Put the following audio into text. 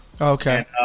Okay